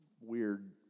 weird